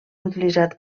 utilitzat